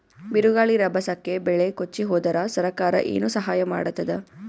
ಬಿರುಗಾಳಿ ರಭಸಕ್ಕೆ ಬೆಳೆ ಕೊಚ್ಚಿಹೋದರ ಸರಕಾರ ಏನು ಸಹಾಯ ಮಾಡತ್ತದ?